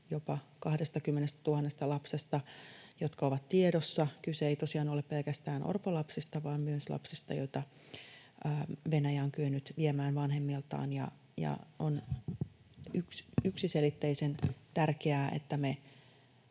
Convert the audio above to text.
jopa 20 000 lapsesta, jotka ovat tiedossa. Kyse ei tosiaan ole pelkästään orpolapsista vaan myös lapsista, joita Venäjä on kyennyt viemään vanhemmiltaan. On yksiselitteisen tärkeää, että me